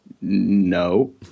no